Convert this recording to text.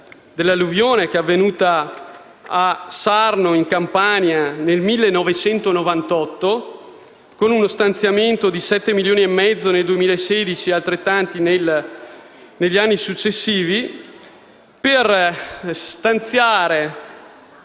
dell'alluvione avvenuta a Sarno, in Campania, nel 1998 con uno stanziamento di 7,5 milioni nel 2016 e altrettanti negli anni successivi, che equivale